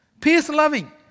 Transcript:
peace-loving